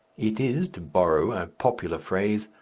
it is, to borrow a popular phrase,